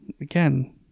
Again